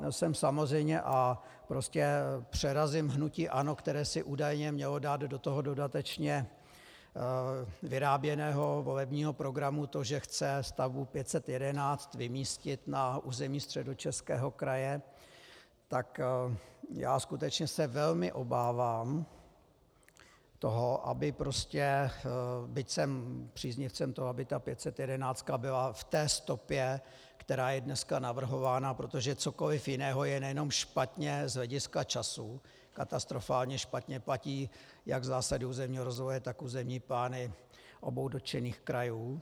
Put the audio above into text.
Já jsem samozřejmě a prostě přerazím hnutí ANO, které si údajně mělo dát do toho dodatečně vyráběného volebního programu to, že chce stavbu 511 vymístit na území Středočeského kraje, tak já skutečně se velmi obávám toho, aby byť jsem příznivcem toho, aby ta 511 byla v té stopě, která je dneska navrhována, protože cokoli jiného je nejenom špatně z hlediska času, katastrofálně špatně, platí jak zásady územního rozvoje, tak územní plány obou dotčených krajů.